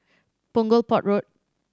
Punggol Port Road